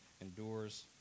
endures